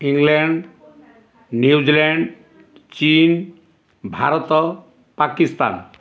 England New Zealand ଚୀନ୍ ଭାରତ ପାକିସ୍ତାନ